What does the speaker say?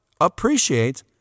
appreciate